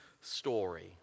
story